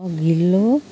अघिल्लो